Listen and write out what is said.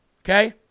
okay